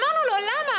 אמרנו לו: למה?